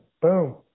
Boom